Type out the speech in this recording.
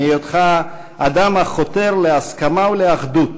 מהיותך אדם החותר להסכמה ולאחדות,